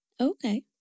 Okay